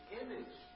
image